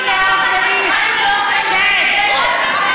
הנה עוד סעיף, צ'ק.